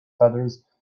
feathers